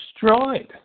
destroyed